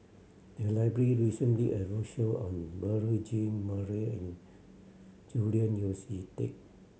the library recently a roadshow on Beurel Jean Marie and Julian Yeo See Teck